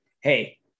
Hey